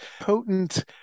potent